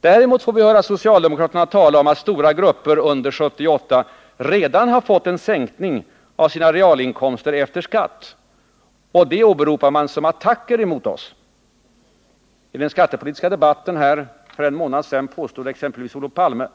Däremot får vi höra socialdemokraterna tala om att stora grupper fått en sänkning av sina realinkomster efter skatt under 1978. Det åberopas i attacker mot oss. I skattepolitiska debatten här för en månad sedan påstod exempelvis Olof Palme